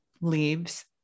leaves